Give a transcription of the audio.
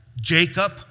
Jacob